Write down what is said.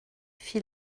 fit